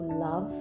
love